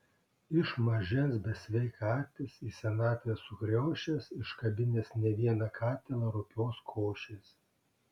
iš mažens besveikatis į senatvę sukriošęs iškabinęs ne vieną katilą rupios košės